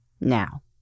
now